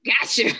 Gotcha